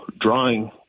drawing